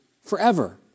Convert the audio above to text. forever